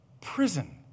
prison